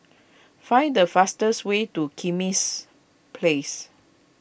find the fastest way to Kismis Place